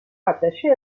rattachée